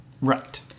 Right